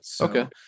Okay